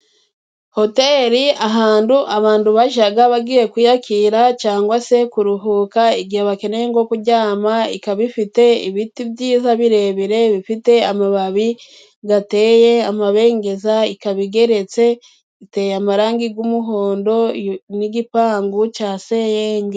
Hoteli ni ahantu abantu bajya kwayakirira cyangwa kuruhukira, cyane cyane iyo bakeneye aho barara. Iyi hoteli ifite ibiti birebire byiza bifite amababi meza ateye amabengeza. Inzu ya hoteli igeretse kandi iteye n’ibara ry’umuhondo. Ifite igipangu gisa neza, cyubatse mu buryo bugezweho.